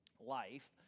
Life